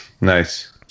Nice